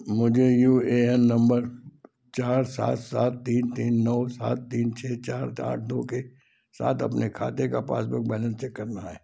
मुझे U A N नम्बर चार सात सात तीन तीन नौ सात तीन छः चार आठ दो के साथ अपने खाते का पासबुक बैलेंस चेक करना है